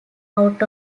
out